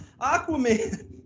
Aquaman